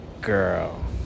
girl